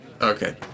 Okay